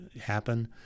happen